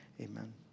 amen